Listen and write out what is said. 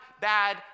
bad